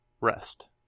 rest